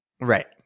Right